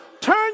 turn